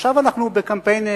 עכשיו אנחנו בקמפיין,